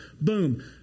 boom